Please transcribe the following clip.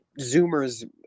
Zoomers